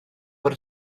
bod